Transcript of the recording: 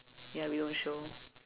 ya we won't show